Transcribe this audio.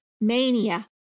mania